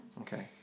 Okay